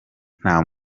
nta